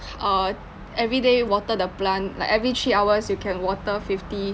err everyday water the plant like every three hours you can water fifty